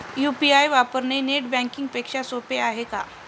UPI वापरणे net banking पेक्षा सोपे आहे का?